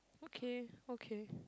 okay okay